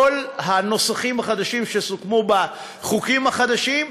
הנוסחים החדשים שסוכמו בחוקים החדשים.